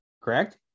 correct